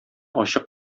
ачык